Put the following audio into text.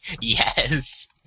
Yes